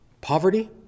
poverty